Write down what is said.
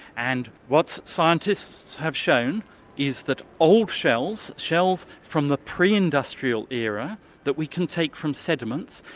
and what scientists have shown is that old shells, shells from the pre-industrial era that we can take from sediments,